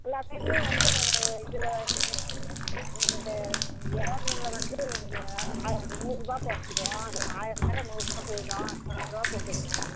எல்லா சைடுலையும் வந்து இதில் இறா மீன்ல வந்து இது ஆயிர நூறுபா குறச்சிக்குவோம் அந்த ஆயிரருபாயில நூறுபாய் போயிடும் தொளாயிரருபா போட்டுக்கோங்க